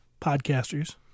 podcasters